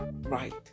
right